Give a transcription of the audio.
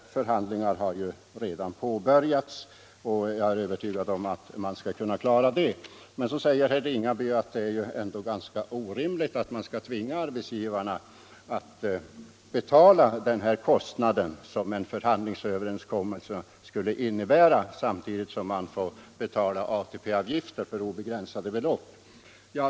Förhandlingar har ju också redan påbörjats. Jag är övertygad om att den saken går att klara. Sedan sade herr Ringaby att det är orimligt att tvinga arbetsgivarna att betala kostnaderna för en förhandlingsöverenskommelse, samtidigt som de får betala ATP-avgifter för obegränsat belopp.